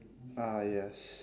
ah yes